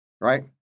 Right